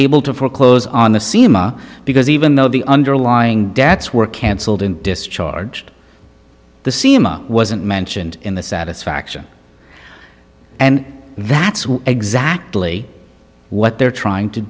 foreclose on the sima because even though the underlying debts were cancelled and discharged the sima wasn't mentioned in the satisfaction and that's exactly what they're trying to